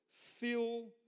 fill